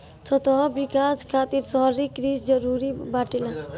सतत विकास खातिर शहरी कृषि जरूरी बाटे